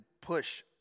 push